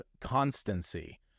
constancy